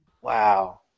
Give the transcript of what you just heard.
wow